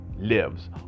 lives